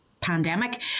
pandemic